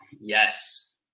Yes